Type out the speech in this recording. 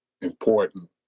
important